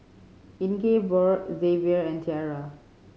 Ingeborg Zavier and Tiera